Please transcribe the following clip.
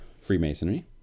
Freemasonry